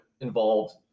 involved